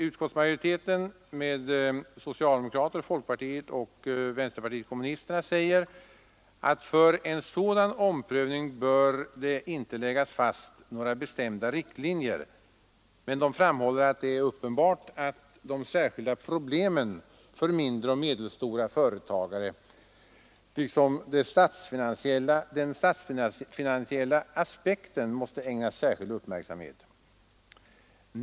Utskottsmajoriteten, med socialdemokrater, folkpartister och kommunister, anser att det för en sådan omprövning inte bör läggas fast några bestämda riktlinjer. Men man framhåller att det är uppenbart att de särskilda problemen för mindre och medelstora företag liksom den statsfinansiella aspekten måste ägnas särskild uppmärksamhet.